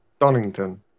Donington